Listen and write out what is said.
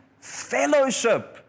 fellowship